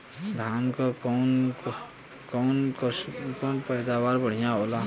धान क कऊन कसमक पैदावार बढ़िया होले?